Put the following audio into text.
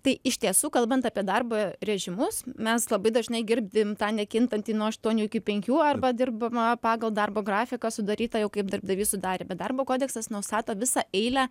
tai iš tiesų kalbant apie darbo režimus mes labai dažnai girdim tą nekintantį nuo aštuonių iki penkių arba dirbama pagal darbo grafiką sudarytą jau kaip darbdavys sudarė bet darbo kodeksas nustato visą eilę